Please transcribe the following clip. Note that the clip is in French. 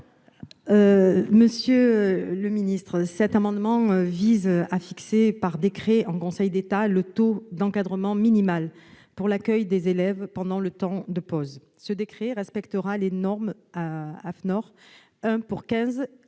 Mme Samia Ghali. Cet amendement vise à fixer, par décret en Conseil d'État, le taux d'encadrement minimal pour l'accueil des élèves pendant les temps de pause. Ce décret respectera les normes Afnor : un